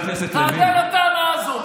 תענה לטענה הזאת.